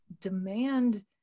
demand